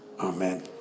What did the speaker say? amen